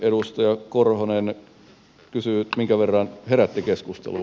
edustaja korhonen kysyi minkä verran herätti keskustelua